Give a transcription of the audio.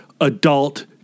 adult